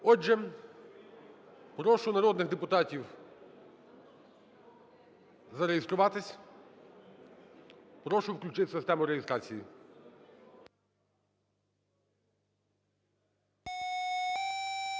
Отже, прошу народних депутатів зареєструватись. Прошу включити систему реєстрації.